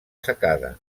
secada